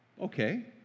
okay